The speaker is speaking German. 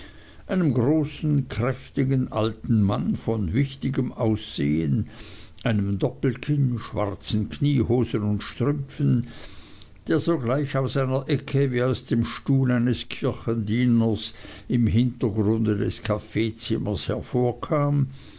einem großen kräftigen alten mann von wichtigem aussehen einem doppelkinn schwarzen kniehosen und strümpfen der sogleich aus einer ecke wie aus dem stuhl eines kirchendieners im hintergrunde des kaffeezimmers hervorkam